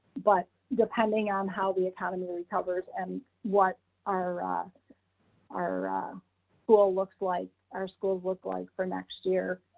but depending on how the economy recovers and what our ah our school looks like, our schools look like for next year,